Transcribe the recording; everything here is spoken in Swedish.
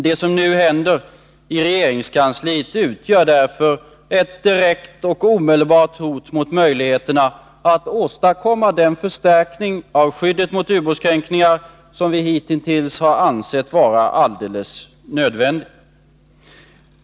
Det som nu händer i regeringskansliet utgör ett direkt och omedelbart hot mot möjligheterna att åstadkomma den förstärkning av skyddet mot ubåtskränkningar som vi hitintills ansett har varit alldeles nödvändig.